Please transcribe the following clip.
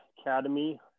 academy